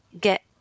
get